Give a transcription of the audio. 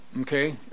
Okay